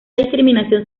discriminación